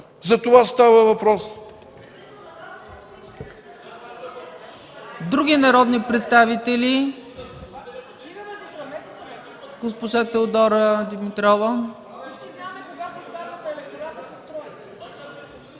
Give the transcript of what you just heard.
Затова става въпрос.